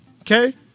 Okay